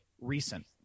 recent